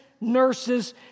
nurses